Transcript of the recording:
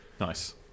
nice